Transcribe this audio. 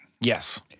Yes